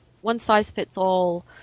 one-size-fits-all